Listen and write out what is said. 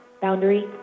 Boundary